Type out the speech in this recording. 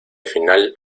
final